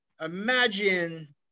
imagine